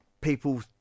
people